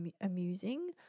amusing